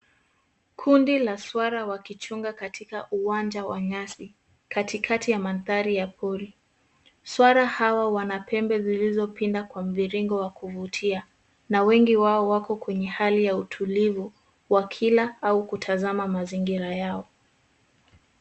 Kundi la swara wakichunga katika uwanja wa nyasi katikati ya mandhari ya pori. Swara hawa wana pembe zilizopinda kwa mviringo wa kuvutia, na wengi wao wako kwenye hali ya utulivu wakila au kutazama mazingira yao.